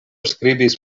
skribis